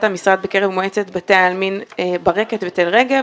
המשרד בקרב מועצת בתי העלמין ברקת ותל רגב.